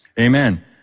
Amen